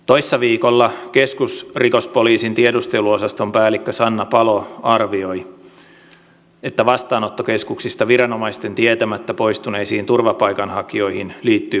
toissa viikolla keskusrikospoliisin tiedusteluosaston päällikkö sanna palo arvioi että vastaanottokeskuksista viranomaisten tietämättä poistuneisiin turvapaikanhakijoihin liittyy vakavia riskejä